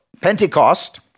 Pentecost